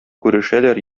күрешәләр